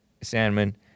Sandman